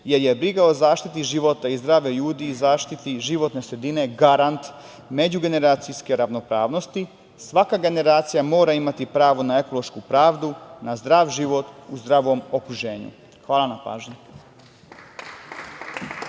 jer je briga o zaštiti života i zdravlja ljudi i zaštita životne sredine garant međugeneracijske ravnopravnosti, svaka generacija mora imati pravo ne ekološku pravdu, na zdrav život u zdravom okruženju. Hvala na pažnji.